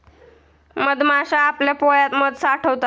मधमाश्या आपल्या पोळ्यात मध साठवतात